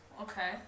Okay